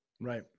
Right